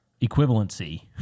equivalency